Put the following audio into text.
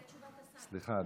סליחה אדוני.